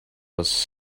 was